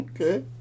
Okay